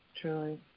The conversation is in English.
Truly